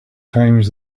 times